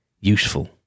useful